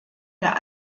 der